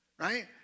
right